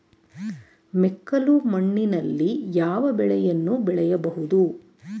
ಮೆಕ್ಕಲು ಮಣ್ಣಿನಲ್ಲಿ ಯಾವ ಬೆಳೆಯನ್ನು ಬೆಳೆಯಬಹುದು?